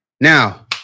Now